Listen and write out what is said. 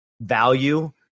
value